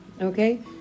okay